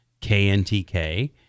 KNTK